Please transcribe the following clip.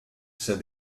said